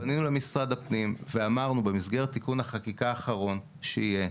פנינו למשרד הפנים ואמרנו שבמסגרת תיקון החקיקה האחרון שיהיה,